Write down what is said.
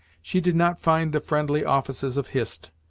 she did not find the friendly offices of hist,